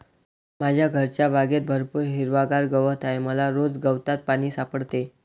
माझ्या घरच्या बागेत भरपूर हिरवागार गवत आहे मला रोज गवतात पाणी सापडते